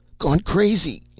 gone crazy.